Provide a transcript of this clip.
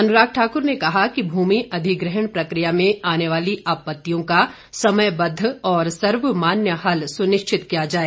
अनुराग ठाकुर ने कहा कि भूमि अधिग्रहण प्रक्रिया में आने वाली आपतियों का समयबद्व और सर्वमान्य हल सुनिश्चित किया जाए